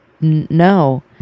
no